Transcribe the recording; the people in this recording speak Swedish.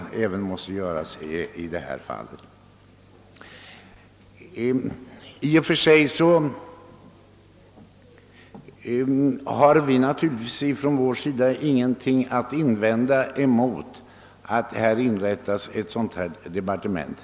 Från vår sida har vi ingenting att invända mot att det inrättas ett departement av detta slag.